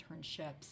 internships